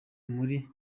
muri